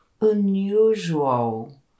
unusual